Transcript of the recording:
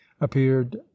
appeared